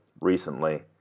recently